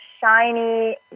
shiny